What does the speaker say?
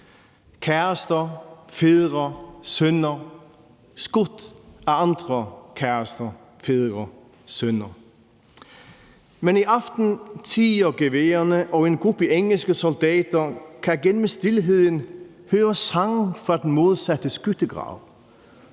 Kærester, fædre, sønner skudt af andre kærester, fædre, sønner. Men i aften tier geværerne, og en gruppe engelske soldater kan gennem stilheden høre sange fra den modsatte skyttegrav.